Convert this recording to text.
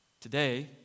Today